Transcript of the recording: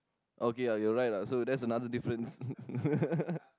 okay uh you are right lah so that's another difference